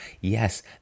yes